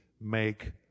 make